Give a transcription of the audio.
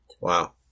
Wow